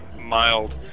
mild